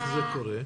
איך זה קורה?